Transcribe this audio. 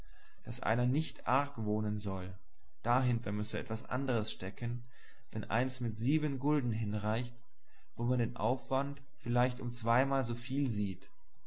daß einer nicht argwohnen soll dahinter müsse was anders stecken wenn eins mit sieben gulden hinreicht wo man den aufwand vielleicht um zweimal so viel sieht